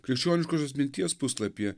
krikščioniškosios minties puslapyje